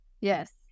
Yes